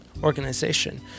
organization